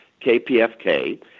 KPFK